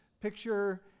picture